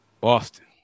Boston